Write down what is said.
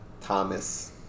Thomas